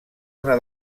una